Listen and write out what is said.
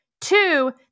Two